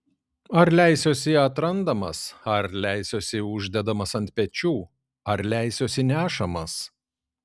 ar leisiuosi atrandamas ar leisiuosi uždedamas ant pečių ar leisiuosi nešamas